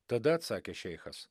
tada atsakė šeichas